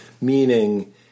meaning